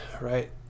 right